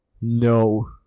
no